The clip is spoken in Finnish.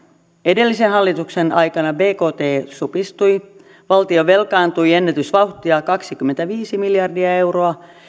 edellisen hallituksen aikana bkt supistui valtio velkaantui ennätysvauhtia kaksikymmentäviisi miljardia euroa